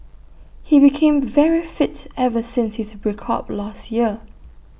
he became very fit ever since his break up last year